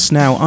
now